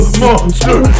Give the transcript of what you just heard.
monster